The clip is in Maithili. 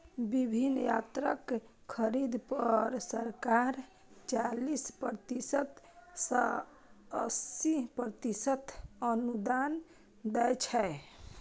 विभिन्न यंत्रक खरीद पर सरकार चालीस प्रतिशत सं अस्सी प्रतिशत अनुदान दै छै